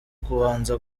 kubanza